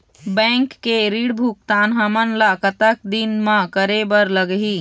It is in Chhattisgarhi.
बैंक के ऋण भुगतान हमन ला कतक दिन म करे बर लगही?